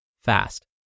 fast